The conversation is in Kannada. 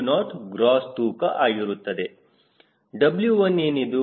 W0 ಗ್ರೋಸ್ ತೂಕ ಆಗಿರುತ್ತದೆ W1 ಏನಿದು